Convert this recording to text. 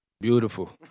Beautiful